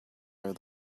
are